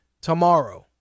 tomorrow